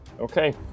okay